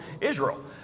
Israel